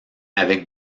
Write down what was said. avec